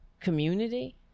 community